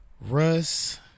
Russ